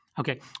Okay